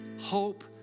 hope